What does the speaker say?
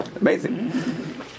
Amazing